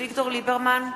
אביגדור ליברמן,